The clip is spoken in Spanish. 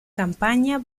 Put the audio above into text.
campaña